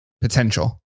potential